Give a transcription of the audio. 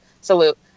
salute